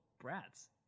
brats